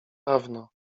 dawno